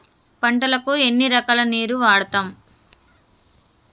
పంటలకు ఎన్ని రకాల నీరు వాడుతం?